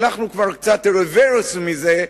הלכנו קצת רוורס מזה,